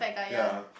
yea